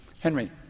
Henry